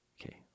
Okay